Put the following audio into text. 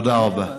תודה רבה.